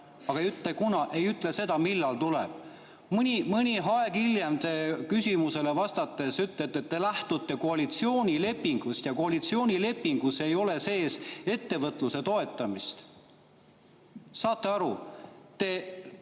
te ei ütle, millal need tulevad. Mõni aeg hiljem küsimusele vastates te ütlesite, et te lähtute koalitsioonilepingust ja koalitsioonilepingus ei ole sees ettevõtluse toetamist. Saate aru? Te